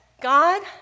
God